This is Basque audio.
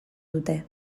dute